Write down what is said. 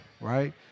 right